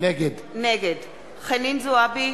נגד חנין זועבי,